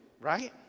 right